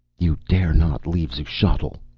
you dare not leave xuchotl!